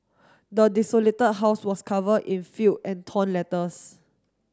the desolated house was covered in filth and torn letters